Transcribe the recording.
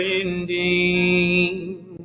ending